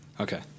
Okay